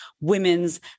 women's